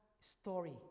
story